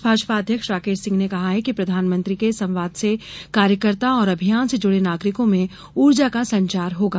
प्रदेश भाजपा अध्यक्ष राकेश सिंह ने कहा कि प्रधानमंत्री के संवाद से कार्यकर्ता और अभियान से जुड़े नागरिको में उर्जा का संचार होगा